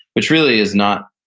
which really is not,